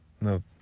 no